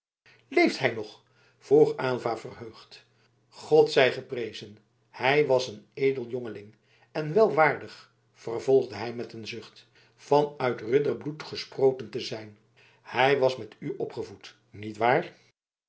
leeft hij nog vroeg aylva verheugd god zij geprezen hij was een edel jongeling en wel waardig vervolgde hij met een zucht van uit ridderbloed gesproten te zijn hij was met u opgevoed nietwaar